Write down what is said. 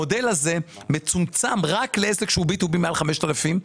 המודל הזה מצומצם רק לעסק שהוא B TO B מעל 5,000 שקלים.